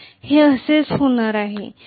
हे असेच होणार आहे